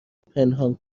پنهان